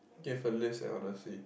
give a list eh honestly